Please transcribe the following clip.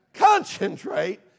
concentrate